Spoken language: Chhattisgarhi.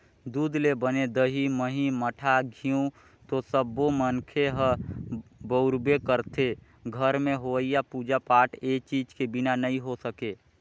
दूद ले बने दही, मही, मठा, घींव तो सब्बो मनखे ह बउरबे करथे, घर में होवईया पूजा पाठ ए चीज के बिना नइ हो सके